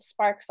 SparkFun